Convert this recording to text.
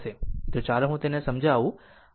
તો ચાલો હું તેને સમજાવું